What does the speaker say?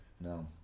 No